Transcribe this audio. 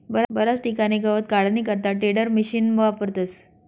बराच ठिकाणे गवत काढानी करता टेडरमिशिन वापरतस